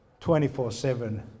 24-7